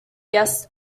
guest